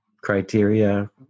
criteria